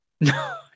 No